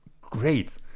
great